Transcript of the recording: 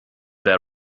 der